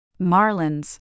Marlins